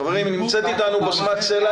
חברים, נמצאת איתנו בשמת סלע.